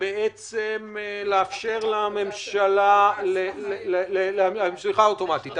ובעצם לאפשר לממשלה הסמכה אוטומטית.